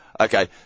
okay